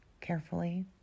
carefully